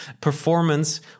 performance